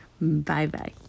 Bye-bye